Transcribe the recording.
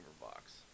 box